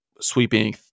sweeping